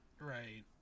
Right